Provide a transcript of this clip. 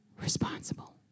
responsible